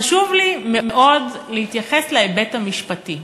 חשוב לי מאוד להתייחס להיבט המשפטי.